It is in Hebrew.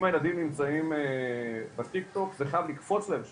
אם הילדים נמצאים בטיק טוק זה חייב לקפוץ להם שמה,